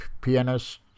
pianist